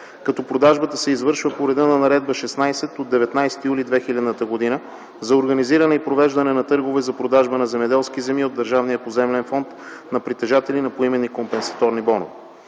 като продажбата се извършва по реда на Наредба № 16 от 19 юли 2000 г. за организиране и провеждане на търгове за продажба на земеделски земи от Държавния поземлен фонд на притежатели на поименни компенсаторни бонове.